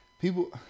people